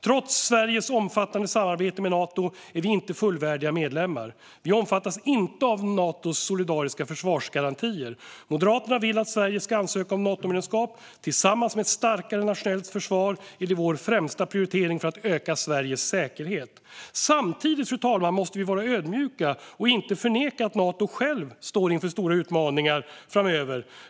Trots Sveriges omfattande samarbete med Nato är vi inte fullvärdiga medlemmar. Vi omfattas inte av Natos solidariska försvarsgarantier. Moderaterna vill att Sverige ska ansöka om Natomedlemskap. Tillsammans med ett starkare nationellt försvar är det vår främsta prioritering för att öka Sveriges säkerhet. Samtidigt, fru talman, måste vi vara ödmjuka och inte förneka att Nato självt står inför stora utmaningar framöver.